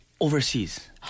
overseas